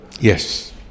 Yes